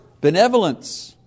benevolence